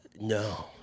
No